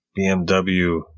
BMW